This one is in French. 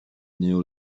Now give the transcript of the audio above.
néo